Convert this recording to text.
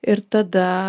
ir tada